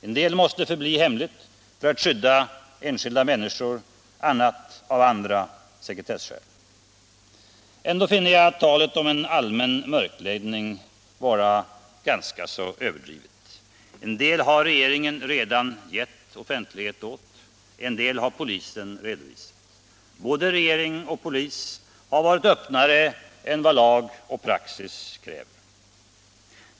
En del måste förbli hemligt för att skydda enskilda människor, annat av andra sekretesskäl. Ändå finner jag talet om en allmän mörkläggning vara ganska överdrivet. En del har regeringen redan gett offentlighet åt. En del har polisen redovisat. Både regering och polis har varit öppnare än vad lag och praxis kräver.